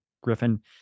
Griffin